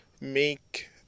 make